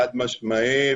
חד משמעית,